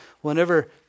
whenever